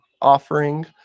offering